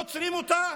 עוצרים אותה,